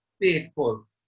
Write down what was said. faithful